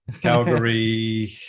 Calgary